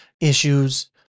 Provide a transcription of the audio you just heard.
issues